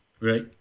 Right